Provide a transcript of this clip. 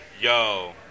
yo